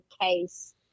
case